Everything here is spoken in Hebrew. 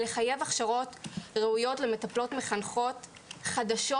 צריך לחייב הכשרות ראויות למטפלות מחנכות חדשות